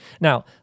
Now